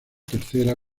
tercera